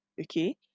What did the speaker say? Okay